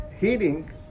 healing